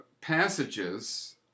passages